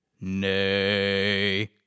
Nay